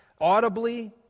audibly